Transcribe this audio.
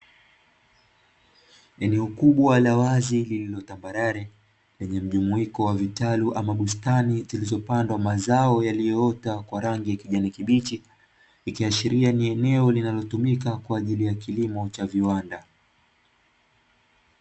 Eneo kubwa la wazi lililo tambarare, lenye mjumuiko wa vitalu ama bustani, zilizopandwa mazao yaliyoota kwa rangi ya kijani kibichi, ikiashiria ni eneo linalotumika kwa ajili ya kilimo cha viwanda.